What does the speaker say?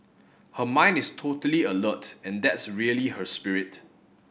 her mind is totally alert and that's really her spirit